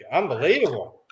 unbelievable